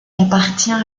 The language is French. appartient